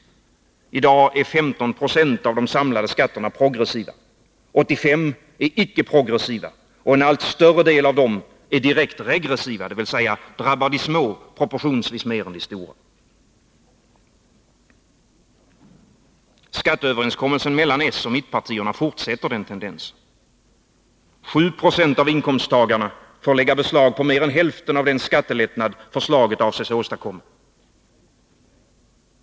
I dag är 15 96 av de samlade skatterna progressiva, 85 I är icke-progressiva och en allt större del av dem är direkt regressiv, dvs. drabbar de små proportionsvis mer än de stora. Skatteöverenskommelsen mellan s och mittenpartierna utgör en fortsättning på den tendensen. 7 96 av inkomsttagarna får lägga beslag på mer än hälften av den skattelättnad förslaget avses åstadkomma.